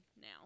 now